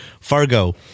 Fargo